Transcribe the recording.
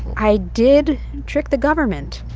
i did trick the government.